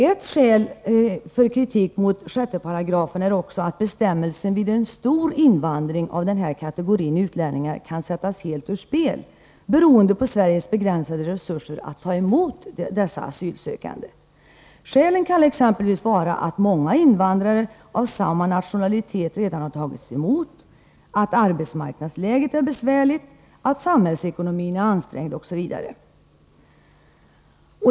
Ett annat skäl för kritik mot 6 § är att bestämmelsen vid stor invandring av denna kategori utlänningar kan sättas helt ur spel, beroende på Sveriges begränsade resurser att ta emot dessa asylsökande. Skälen kan exempelvis vara att många invandrare av samma nationalitet redan har tagits emot, att arbetsmarknadsläget är besvärligt, att samhällsekonomin är ansträngd osv.